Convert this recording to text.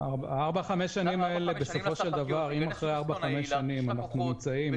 אם אחרי ארבע-חמש שנים אנחנו נמצאים עם